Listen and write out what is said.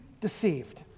deceived